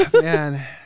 man